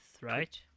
right